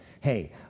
Hey